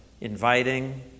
inviting